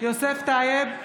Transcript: יוסף טייב,